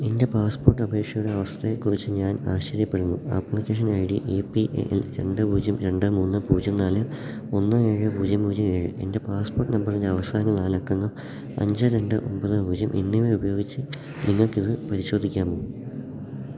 എൻ്റെ പാസ്പോര്ട്ട് അപേക്ഷയുടെ അവസ്ഥയെക്കുറിച്ച് ഞാൻ ആശ്ചര്യപ്പെടുന്നു application I D A P A L രണ്ട് പൂജ്യം രണ്ട് മൂന്ന് പൂജ്യം നാല് ഒന്ന് ഏഴ് പൂജ്യം പൂജ്യം ഏഴ് എൻ്റെ പാസ്പോര്ട്ട് നമ്പറിൻ്റെ അവസാന നാലക്കങ്ങൾ അഞ്ച് രണ്ട് ഒമ്പത് പൂജ്യം എന്നിവയുപയോഗിച്ച് നിങ്ങള്ക്കിത് പരിശോധിക്കാമോ